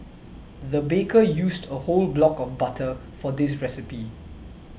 the baker used a whole block of butter for this recipe